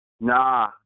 Nah